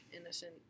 innocent